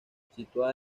situada